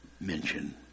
mention